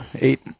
eight